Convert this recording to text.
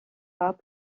pas